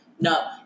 No